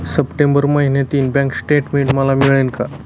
September महिन्यातील bank statement मला मिळेल का?